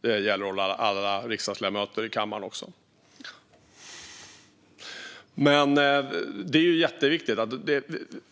Det gäller alla riksdagsledamöter i kammaren också. Det är jätteviktigt att ha